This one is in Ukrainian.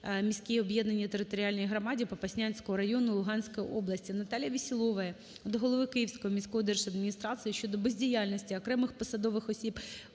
міській об'єднаній територіальній громаді Попаснянського району Луганської області. Наталії Веселової до голови Київської міської держадміністрації щодо бездіяльності окремих посадових осіб